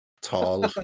tall